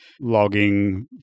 logging